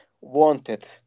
wanted